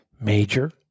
Major